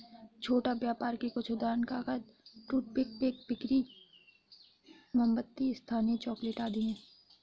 छोटा व्यापर के कुछ उदाहरण कागज, टूथपिक, पेन, बेकरी, मोमबत्ती, स्थानीय चॉकलेट आदि हैं